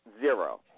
zero